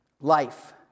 life